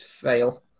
fail